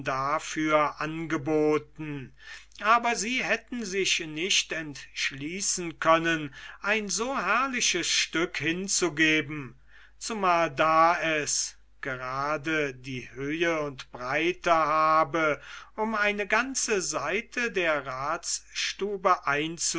dafür angeboten aber sie hätten sich nicht entschließen können ein so herrliches stück hinzugeben zumal da es gerade die höhe und breite habe um eine ganze seite der